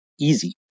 easy